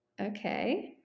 Okay